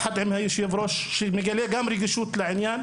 ביחד עם יושב ראש הועדה שגם כן מגלה רגישות לעניין,